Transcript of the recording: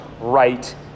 right